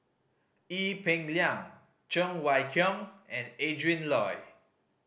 Ee Peng Liang Cheng Wai Keung and Adrin Loi